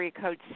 code